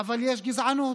אבל יש גזענות,